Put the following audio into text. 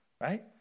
right